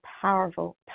powerful